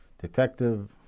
detective